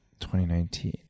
2019